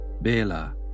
Bela